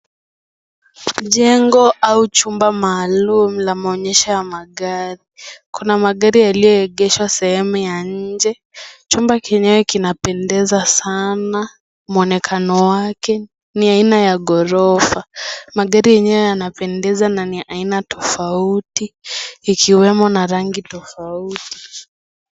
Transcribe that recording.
Jengo au chumba maalum la maonyesho ya magari. Kuna magari yaliyoegeshwa sehemu ya nje. Chumba chenyewe kinapendeza sana. Mwonekano wake ni aina ya ghorofa. Magari yenyewe yanapendeza na ni ya aina tofauti ikiwemo na rangi tofauti.